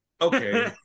okay